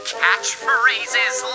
catchphrases